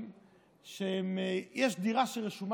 גברתי השרה,